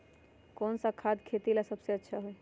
कौन सा खाद खेती ला सबसे अच्छा होई?